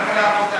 בעד,